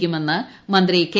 ക്കുമെന്ന് മന്ത്രി കെ